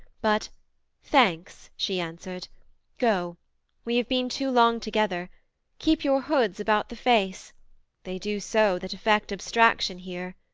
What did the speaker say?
but thanks, she answered go we have been too long together keep your hoods about the face they do so that affect abstraction here.